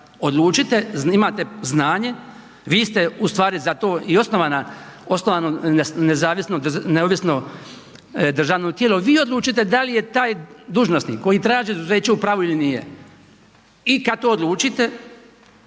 odlučite, imate znanje, vi ste ustvari i osnovano neovisno državno tijelo, vi odlučite da li je taj dužnosnik koji traži izuzeće u pravu ili nije. I kada to odlučite